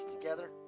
together